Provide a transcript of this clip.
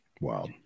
wow